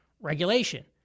regulation